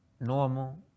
normal